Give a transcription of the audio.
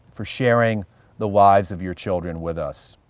for sharing the lives of your children with us.